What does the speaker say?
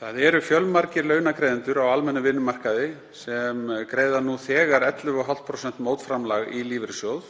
Það eru fjölmargir launagreiðendur á almennum vinnumarkaði sem greiða nú þegar 11,5% mótframlag í lífeyrissjóð.